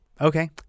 Okay